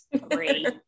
great